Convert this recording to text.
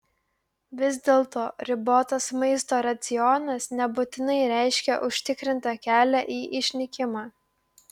vis dėlto ribotas maisto racionas nebūtinai reiškia užtikrintą kelią į išnykimą